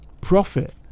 profit